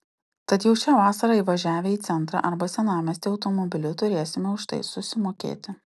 tad jau šią vasarą įvažiavę į centrą arba senamiestį automobiliu turėsime už tai susimokėti